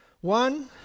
One